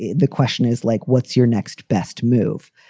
the question is like, what's your next best move?